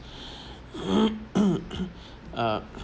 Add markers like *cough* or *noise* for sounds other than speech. *breath* *coughs* uh